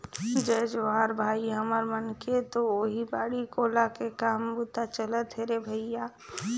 जय जोहार भाई, हमर मन के तो ओहीं बाड़ी कोला के काम बूता चलत हे रे भइया